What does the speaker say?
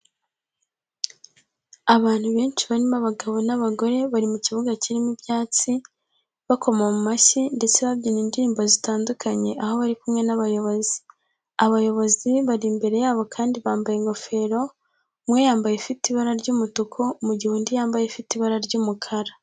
Abantu benshi barimo abagabo n'abagore bari mu kibuga kirimo ibyatsi, bakoma mu mashyi ndetse babyina indirimbo zitandukanye aho bari kumwe n'abayobozi. Abayobozi bari imbere yabo kandi bambaye ingofero, umwe yambaye ifite ibara ry'umutuku mu gihe undi yambaye ifite ibara ry'umukara.